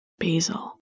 basil